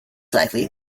likely